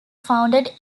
founded